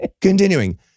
Continuing